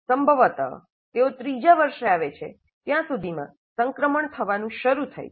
સંભવત તેઓ ત્રીજા વર્ષે આવે છે ત્યાં સુધીમાં સંક્રમણ થવાનું શરૂ થાય છે